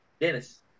dennis